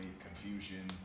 confusion